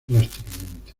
drásticamente